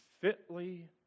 fitly